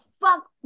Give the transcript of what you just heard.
fuck